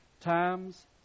times